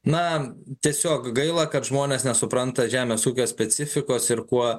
na tiesiog gaila kad žmonės nesupranta žemės ūkio specifikos ir kuo